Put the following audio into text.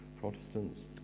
Protestants